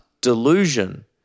delusion